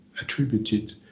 attributed